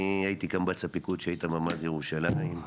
אני הייתי קמב"ץ הפיקוד כשהיית ממ"ז ירושלים.